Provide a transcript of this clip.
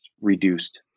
reduced